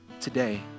today